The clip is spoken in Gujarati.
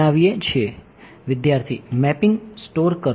વિદ્યાર્થી મેપિંગ કરો